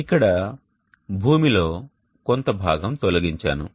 ఇక్కడ భూమిలో కొంత భాగం తొలగించాను